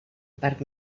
parc